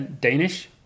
Danish